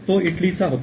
तो इटलीचा होता